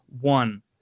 one